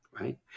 Right